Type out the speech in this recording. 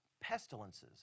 pestilences